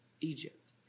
Egypt